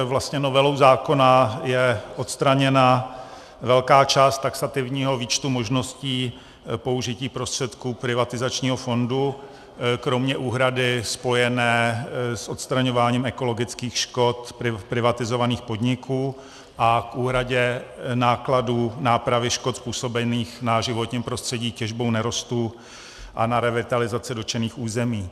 Vlastně novelou zákona je odstraněna velká část taxativního výčtu možností použití prostředků privatizačního fondu, kromě úhrady spojené s odstraňováním ekologických škod privatizovaných podniků a úhrady nákladů nápravy škod způsobených na životním prostředí těžbou nerostů a na revitalizace dotčených území.